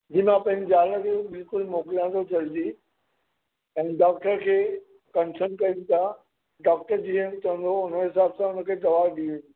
जी मां पंहिंजी ज़ाल खे बिल्कुलु मोकिलियां थो जल्दी ऐं डॉक्टर खे कंसल्ट कयूं था डॉक्टर जीअं चवंदो उन हिसाबु सां हुन खे दवा ॾियूं